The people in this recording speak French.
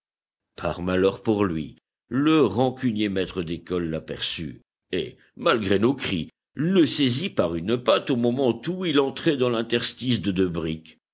par malheur pour lui le rancunier maître d'école l'aperçut et malgré nos cris le saisit par une patte au moment où il entrait dans l'interstice de deux briques